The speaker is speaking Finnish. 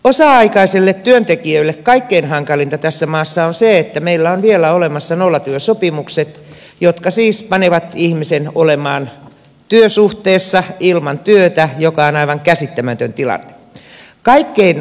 osa aikaisille työntekijöille kaikkein hankalinta tässä maassa on se että meillä on vielä olemassa nollatyösopimukset jotka siis panevat ihmisen olemaan työsuhteessa ilman työtä mikä on aivan käsittämätön tilanne